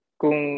kung